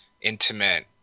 intimate